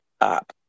up